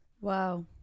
Wow